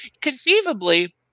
conceivably